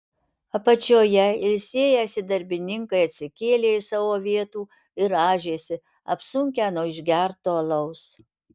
apačioje ilsėjęsi darbininkai atsikėlė iš savo vietų ir rąžėsi apsunkę nuo išgerto alaus